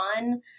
on